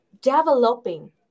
developing